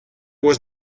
was